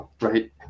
Right